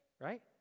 right